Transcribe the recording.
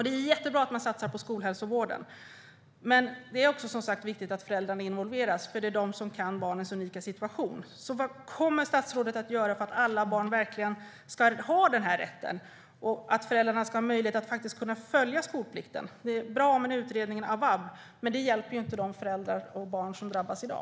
Det är jättebra att man satsar på skolhälsovården, men det är också som sagt viktigt att föräldrarna involveras, för det är de som kan barnens unika situation. Vad kommer alltså statsrådet att göra för att alla barn verkligen ska ha den här rätten och att föräldrarna ska ha möjlighet att faktiskt följa skolplikten? Det är bra med utredningen av vab, men att den görs hjälper inte de föräldrar och barn som drabbas i dag.